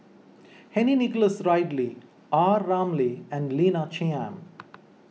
Henry Nicholas Ridley are Ramli and Lina Chiam